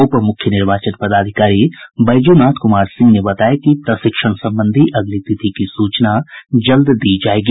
उप मुख्य निर्वाचन पदाधिकारी बैजूनाथ कुमार सिंह ने बताया कि प्रशिक्षण संबंधी अगली तिथि की सूचना जल्द दी जायेगी